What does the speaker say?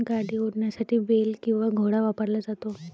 गाडी ओढण्यासाठी बेल किंवा घोडा वापरला जातो